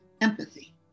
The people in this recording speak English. empathy